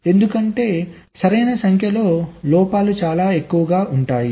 ఎందుకంటే సరైన సంఖ్యలో లోపాలు చాలా ఎక్కువగా ఉంటాయి